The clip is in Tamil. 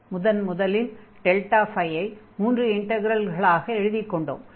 முதன் முதலில் ΔΦ ஐ மூன்று இன்டக்ரல்களாக எழுதிக்கொண்டோம்